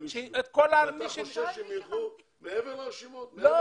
2,000. אתה חושב שהם ילכו מעבר לרשימות?